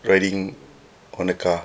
riding on a car